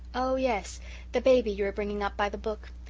oh, yes the baby you are bringing up by the book.